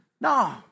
No